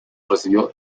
recibió